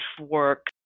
work